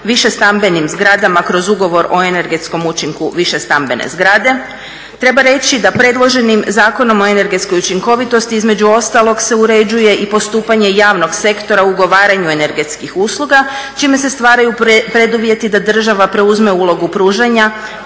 više stambenim zgradama kroz ugovor o energetskom učinku više stambene zgrade. Treba reći da predloženim Zakonom o energetskoj učinkovitosti između ostalog se uređuje i postupanje javnog sektora ugovaranju energetskih usluga čime se stvaraju preduvjeti da država preuzme ulogu pružanja